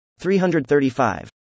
335